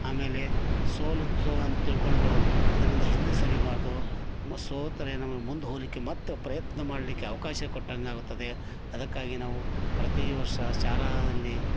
ಆಮೇಲೆ ಸೋಲುತ್ತೊ ಅಂತ ತಿಳ್ಕೊಂಡು ಅದರಿಂದ ಹಿಂದೆ ಸರಿಬಾರದು ಸೋತರೆ ನಮ್ಗೆ ಮುಂದೆ ಹೋಗಲಿಕ್ಕೆ ಮತ್ತು ಪ್ರಯತ್ನ ಮಾಡಲಿಕ್ಕೆ ಅವಕಾಶ ಕೊಟ್ಟಂಗೆ ಆಗುತ್ತದೆ ಅದಕ್ಕಾಗಿ ನಾವು ಪ್ರತೀ ವರ್ಷ ಶಾಲೆಯಲ್ಲಿ